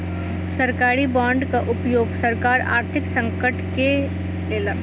सरकारी बांडक उपयोग सरकार आर्थिक संकट में केलक